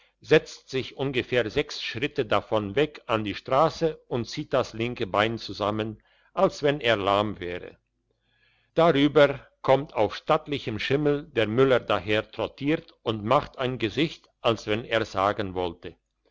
setzt sich ungefähr sechs schritte davon weg an die strasse und zieht das linke bein zusammen als wenn er lahm wäre drüber kommt auf stattlichem schimmel der müller daher trottiert und macht ein gesicht als wenn er sagen wollte